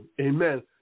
amen